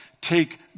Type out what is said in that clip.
take